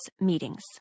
meetings